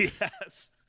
Yes